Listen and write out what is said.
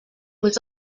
was